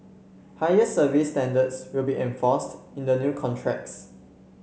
higher service standards will be enforced in the new contracts